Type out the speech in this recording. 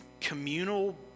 communal